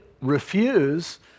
refuse